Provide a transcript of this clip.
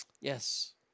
Yes